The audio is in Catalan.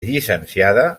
llicenciada